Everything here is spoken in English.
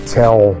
tell